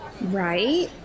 Right